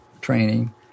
training